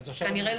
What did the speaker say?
כנראה,